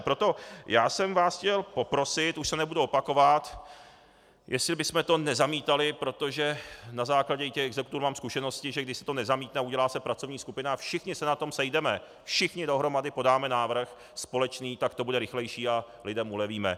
Proto jsem vás chtěl poprosit, už se nebudu opakovat, jestli bychom to nezamítali, protože na základě i těch exekutorů mám zkušenosti, že když se to nezamítne a udělá se pracovní skupina, všichni se na tom sejdeme, všichni dohromady podáme návrh společný, tak to bude rychlejší a lidem ulevíme.